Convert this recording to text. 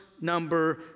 number